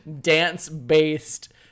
dance-based